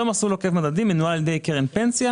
אותו מסלול עוקף מדדים מנוהל על ידי קרן פנסיה,